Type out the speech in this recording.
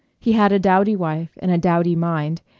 he had a dowdy wife and a dowdy mind,